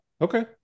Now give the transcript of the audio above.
okay